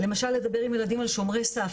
למשל לדבר עם הילדים על שומרי סף,